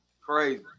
crazy